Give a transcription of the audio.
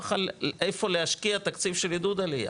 של איפה להשקיע תקציב של עידוד עלייה.